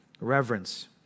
reverence